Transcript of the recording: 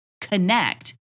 connect